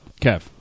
Kev